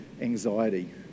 anxiety